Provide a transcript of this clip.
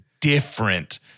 different